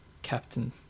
Captain